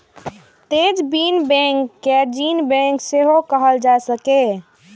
तें बीज बैंक कें जीन बैंक सेहो कहल जा सकैए